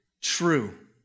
true